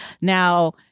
Now